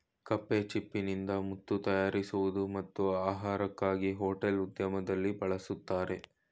ಕಪ್ಪೆಚಿಪ್ಪಿನಿಂದ ಮುತ್ತು ತಯಾರಿಸುವುದು ಮತ್ತು ಆಹಾರಕ್ಕಾಗಿ ಹೋಟೆಲ್ ಉದ್ಯಮದಲ್ಲಿ ಬಳಸ್ತರೆ